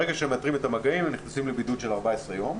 ברגע שמאתרים את המגעים הם נכנסים לבידוד של 14 ימים,